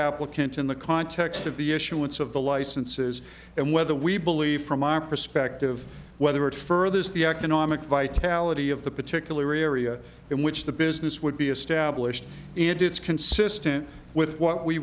applicant in the context of the issuance of the licenses and whether we believe from our perspective whether it furthers the economic vitality of the particular area in which the business would be established and it's consistent with what we